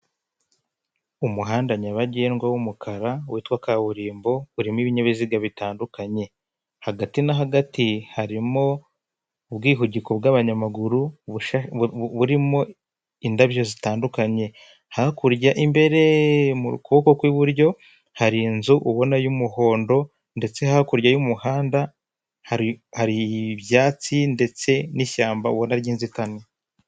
Umuhanda nyabagendwa w'umukara witwa kaburimbo urimo ibinyabiziga bitandukanye, hagati na hagati harimo ubwihugiko bw'abanyamaguru burimo indabyo zitandukanye hakurya imbere mu kuboko kw'iburyo hari inzu ubona y'umuhondo ndetse hakurya y'umuhanda hari ibyatsi ndetse n'ishyamba ubuna ry'inzitane.